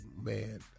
man